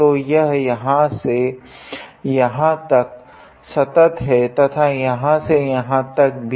तो यह यहाँ से यहाँ तक संतत् है तथा यहाँ से यहाँ तक भी